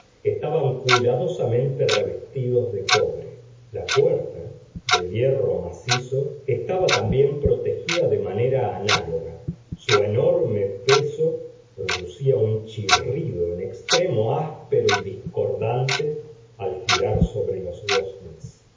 estaban cuidadosamente revestidos de cobre la puerta de hierro macizo estaba también protegida de manera análoga su enorme peso producía un chirrido en extremo áspero y discordante al girar sobre los goznes